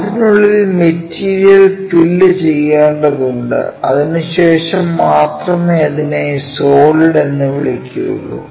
അതിനുള്ളിൽ material fill ചെയ്യേണ്ടതുണ്ട് അതിനുശേഷം മാത്രമേ അതിനെ സോളിഡ് എന്ന് വിളിക്കുകയുള്ളൂ